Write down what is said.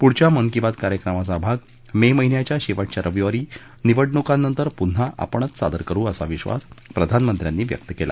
पुढच्या मन की बात कार्यक्रमाचा भाग मे महिन्याच्या शेवटच्या रविवारी निवडणुकानंतर पुन्हा आपणच सादर करु असा विधास प्रधानमंत्र्यांनी व्यक्त केला